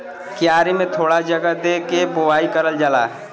क्यारी में थोड़ा जगह दे के बोवाई करल जाला